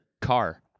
car